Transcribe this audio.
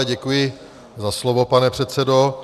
Děkuji za slovo, pane předsedo.